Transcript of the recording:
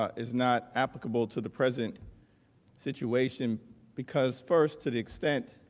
is not applicable to the president situation because first to the extent